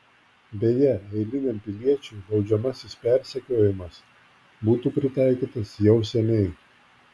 beje eiliniam piliečiui baudžiamasis persekiojimas būtų pritaikytas jau seniai